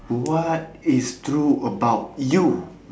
what is true about you